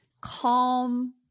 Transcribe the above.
calm